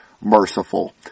merciful